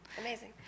Amazing